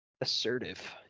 assertive